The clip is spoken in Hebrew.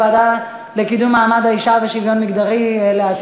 הוועדה לקידום מעמד האישה ולשוויון מגדרי.